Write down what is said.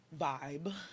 vibe